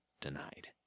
denied